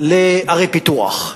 לערי פיתוח.